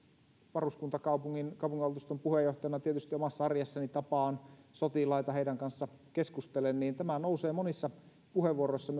varuskuntakaupungin kaupunginvaltuuston puheenjohtajana tietysti omassa arjessani tapaan sotilaita heidän kanssaan keskustelen niin tämä nousee monissa puheenvuoroissa